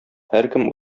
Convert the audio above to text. һәркем